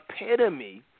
epitome